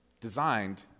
designed